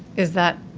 is that.